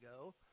go